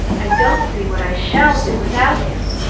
i don't see what i shall do without him!